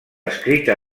escrita